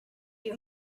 you